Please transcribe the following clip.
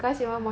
ah